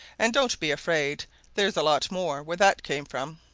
and don't be afraid there's a lot more where that came from.